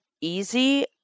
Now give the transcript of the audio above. easy